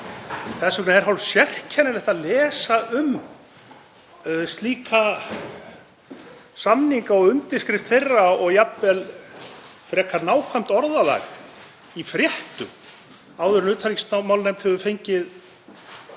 Þess vegna er hálf sérkennilegt að lesa um slíka samninga og undirskrift þeirra og jafnvel frekar nákvæmt orðalag í fréttum áður en utanríkismálanefnd hefur fengið